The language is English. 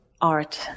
art